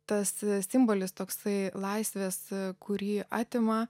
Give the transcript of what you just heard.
tas simbolis toksai laisvės kurį atima